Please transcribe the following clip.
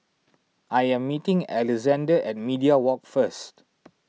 I am meeting Alexzander at Media Walk first